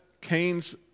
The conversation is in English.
Cain's